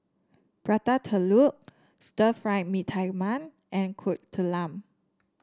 Prata Telur Stir Fry Mee Tai Mak and Kuih Talam